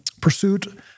pursuit